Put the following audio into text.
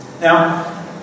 Now